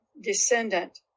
descendant